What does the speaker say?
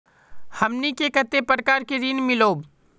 हमनी के कते प्रकार के ऋण मीलोब?